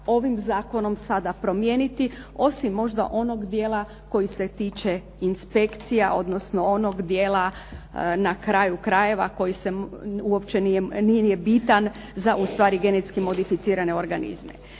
ovim zakonom sada promijeniti osim možda onog dijela koji se tiče inspekcija odnosno onog dijela na kraju krajeva koji uopće nije bitan za genetski modificirane organizme.